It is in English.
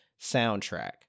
soundtrack